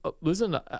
Listen